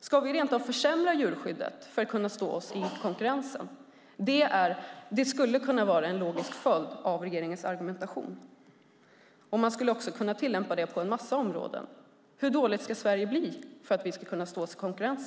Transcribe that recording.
Ska vi rent av försämra djurskyddet för att kunna stå oss i konkurrensen? Det skulle kunna vara en logisk följd av regeringens argumentation. Man skulle kunna tillämpa den på en massa områden. Hur dåligt ska Sverige bli för att kunna stå sig i konkurrensen?